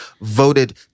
voted